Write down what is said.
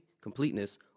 completeness